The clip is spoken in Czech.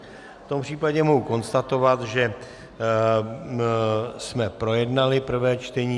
V tom případě mohu konstatovat, že jsme projednali prvé čtení.